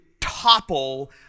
topple